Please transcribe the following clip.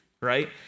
right